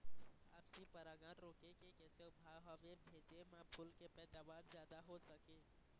आपसी परागण रोके के कैसे उपाय हवे भेजे मा फूल के पैदावार जादा हों सके?